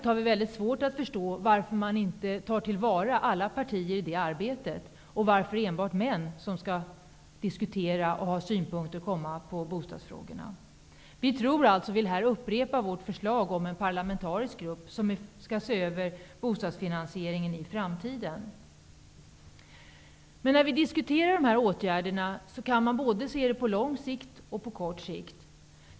Vi har däremot svårt att förstå att man inte tar till vara alla partiers krafter i arbetet och att det enbart är män som skall komma för att diskutera och ge synpunkter på bostadsfrågorna. Vi upprepar vårt framlagda förslag om en parlamentarisk grupp för att se över bostadsfinansieringen i framtiden. När man diskuterar dessa åtgärder, kan man se både på lång och på kort sikt.